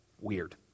Weird